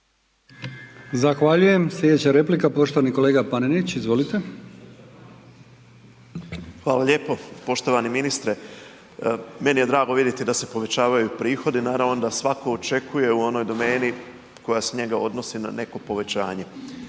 Zahvaljujem. Sljedeća replika, poštovani kolega Panenić. Izvolite. **Panenić, Tomislav (Nezavisni)** Hvala lijepo. Poštovani ministre, meni je drago vidjeti da se povećavaju prihodi, naravno da svatko očekuje u onoj domeni koja se njega odnosi na neko povećanje.